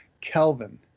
Kelvin